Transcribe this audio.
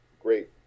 great